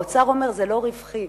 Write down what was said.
האוצר אומר: זה לא רווחי.